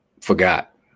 Forgot